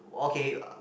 okay